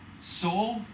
Soul